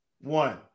One